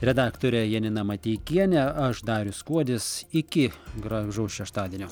redaktorė janina mateikienė aš darius kuodis iki gražaus šeštadienio